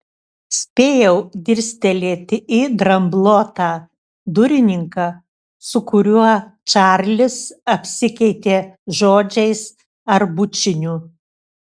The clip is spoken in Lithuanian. spėjau dirstelėti į dramblotą durininką su kuriuo čarlis apsikeitė žodžiais ar bučiniu